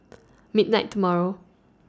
midnight tomorrow